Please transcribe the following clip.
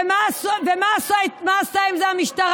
ומה עשתה עם זה המשטרה?